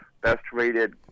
best-rated